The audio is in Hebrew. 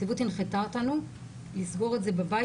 הנציבות הנחתה אותנו לסגור את זה בבית